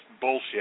bullshit